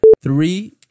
Three